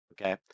Okay